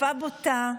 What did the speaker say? בשפה בוטה,